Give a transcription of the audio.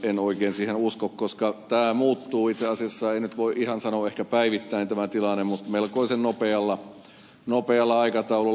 en oikein siihen usko koska tämä tilanne muuttuu itse asiassa ei voi ehkä ihan sanoa päivittäin mutta melkoisen nopealla aikataululla